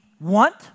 want